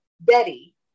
Betty